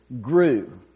grew